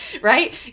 Right